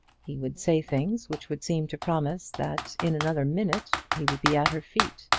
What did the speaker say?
he would say things which would seem to promise that in another minute he would be at her feet,